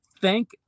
thank